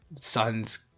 sons